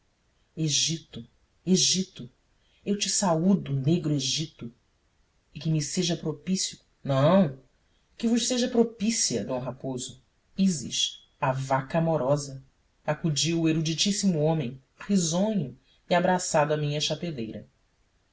egito egito eu te saúdo negro egito e que me seja propício não que vos seja propícia d raposo ísis a vaca amorosa acudiu o eruditíssimo homem risonho e abraçado à minha chapeleira